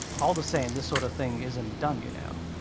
all the same, this sort of thing isn't done, you know.